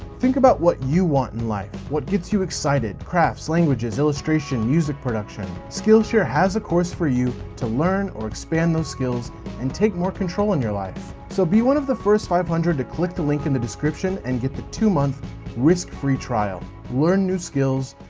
think about what you want in life, what work gets you excited, crafts, languages, illustration, music production skillshare has a course for you to learn or expand those skills and take more control in your life. so be one of the first five hundred to click the link in the description and get the two month risk-free trial. learn new skills.